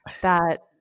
that-